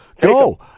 go